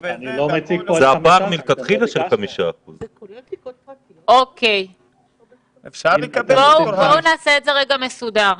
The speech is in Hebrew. זה פער מלכתחילה של 5%. בואו נעשה את זה רגע מסודר.